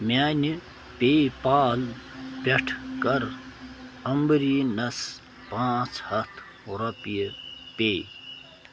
میٛانہِ PayPal پٮ۪ٹھٕ کَر عمبریٖنس پانٛژھ ہَتھ رۄپیہِ پے